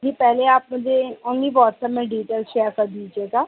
जी पहले आप मुझे ओनली वॉट्सअप में डीटेल शेयर कर दीजिएगा